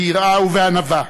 ביראה ובענווה,